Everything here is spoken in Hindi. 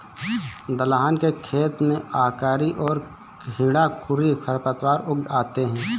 दलहन के खेत में अकरी और हिरणखूरी खरपतवार उग आते हैं